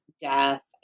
death